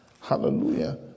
Hallelujah